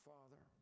Father